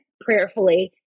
prayerfully